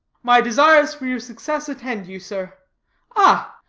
my desires for your success attend you, sir ah!